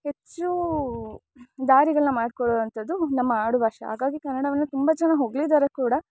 ಹೆಚ್ಚು ದಾರಿಗಳನ್ನ ಮಾಡಿಕೊಳ್ಳೊಅಂಥದ್ದು ನಮ್ಮ ಆಡು ಭಾಷೆ ಹಾಗಾಗಿ ಕನ್ನಡವನ್ನು ತುಂಬ ಜನ ಹೊಗಳಿದಾರೆ ಕೂಡ